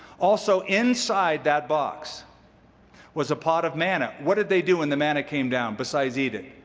also inside that box was a pot of manna. what did they do when the manna came down, besides eat it?